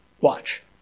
Watch